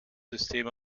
system